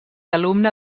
alumne